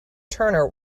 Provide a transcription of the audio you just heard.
turner